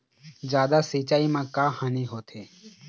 जादा सिचाई म का हानी होथे?